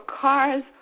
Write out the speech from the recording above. cars